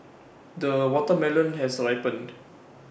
the watermelon has ripened